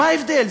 מה ההבדל?